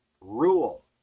rule